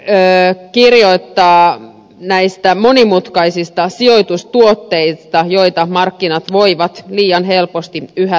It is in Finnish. hän kirjoittaa näistä monimutkaisista sijoitustuotteista joita markkinat voivat liian helposti yhä tehdä